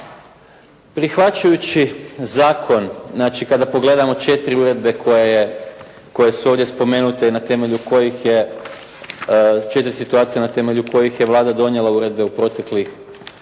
Prihvaćajući zakon, znači kada pogledamo četiri uredbe koje su ovdje spomenute i na temelju kojih je Vlada donijela uredbe u proteklih negdje